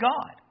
God